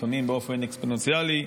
לפעמים באופן אקספוננציאלי,